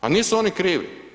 Pa nisu oni krivi.